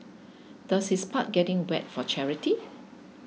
does his part getting wet for charity